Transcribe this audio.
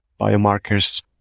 biomarkers